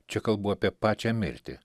čia kalbu apie pačią mirtį